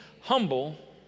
humble